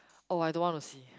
oh I don't want to see